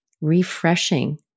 refreshing